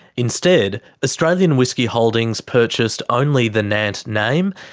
instead, australian whisky holdings purchased only the nant name,